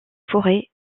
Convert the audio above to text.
forêts